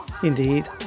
Indeed